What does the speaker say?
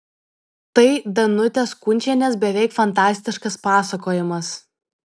tai danutės kunčienės beveik fantastiškas pasakojimas